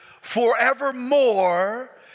forevermore